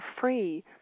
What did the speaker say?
free